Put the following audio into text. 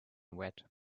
wet